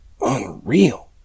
unreal